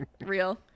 Real